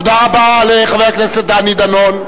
תודה רבה לחבר הכנסת דני דנון.